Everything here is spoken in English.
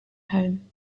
home